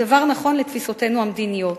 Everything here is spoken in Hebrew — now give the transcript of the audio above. הדבר נכון לתפיסותינו המדיניות.